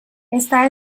esta